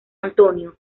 antonio